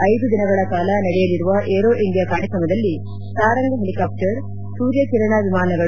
ಐದು ದಿನಗಳ ಕಾಲ ನಡೆಯಲಿರುವ ಏರೋ ಇಂಡಿಯಾ ಕಾರ್ಯಕ್ರಮದಲ್ಲಿ ಸಾರಂಗ್ ಹೆಲಿಕಾಪ್ವರ್ ಸೂರ್ಯಕಿರಣ ವಿಮಾನಗಳು